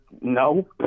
no